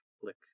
click